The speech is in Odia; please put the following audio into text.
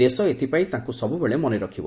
ଦେଶ ଏଥ୍ପାଇଁ ତାଙ୍ ସବୁବେଳେ ମନେରଖିବ